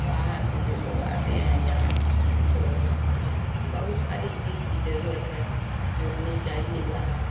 باہر سے جو لوگ آتے ہیں یہاں تو بہت ساری چیز کی ضرورت ہے جو ہونی چاہیے یہاں